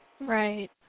Right